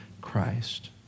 Christ